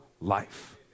life